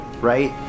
right